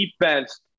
defense